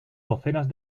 docenas